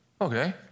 Okay